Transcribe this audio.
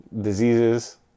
Diseases